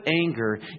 anger